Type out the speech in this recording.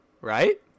Right